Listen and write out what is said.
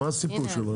מה הסיפור שלו?